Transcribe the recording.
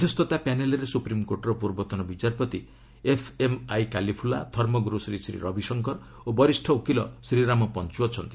ମଧ୍ୟସ୍ଥତା ପ୍ୟାନେଲ୍ରେ ସୁପ୍ରିମ୍କୋର୍ଟର ପୂର୍ବତନ ବିଚାରପତି ଏଫ୍ଏମ୍ଆଇ କାଲିଫୁଲା ଧର୍ମଗୁରୁ ଶ୍ରୀ ଶ୍ରୀ ରବିଶଙ୍କର ଓ ବରିଷ୍ଣ ଓକିଲ ଶ୍ରୀରାମ ପଞ୍ଚୁ ଅଛନ୍ତି